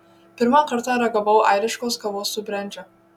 pirmą kartą ragavau airiškos kavos su brendžiu